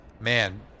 Man